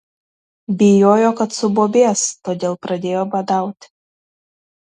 bijojo kad subobės todėl pradėjo badauti